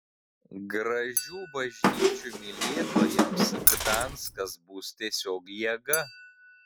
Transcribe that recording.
gražių bažnyčių mylėtojams gdanskas bus tiesiog jėga